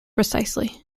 precisely